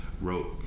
wrote